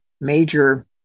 major